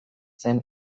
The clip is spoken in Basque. zen